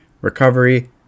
recovery